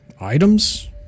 items